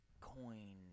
coin